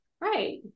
Right